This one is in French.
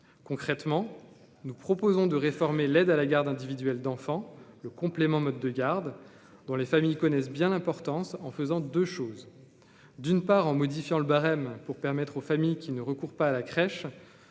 concrètement, nous proposons de réformer l'aide à la garde individuelle d'enfant le complément mode de garde dans les familles, ils connaissent bien l'importance en faisant 2 choses : d'une part en modifiant le barème pour permettre aux familles qui ne recourt pas à la crèche,